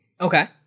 Okay